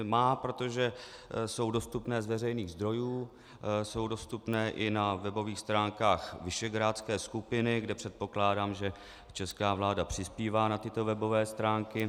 Má, protože jsou dostupné z veřejných zdrojů, jsou dostupné i na webových stránkách visegrádské skupiny, kde předpokládám, že česká vláda přispívá na tyto webové stránky.